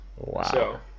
Wow